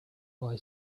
boy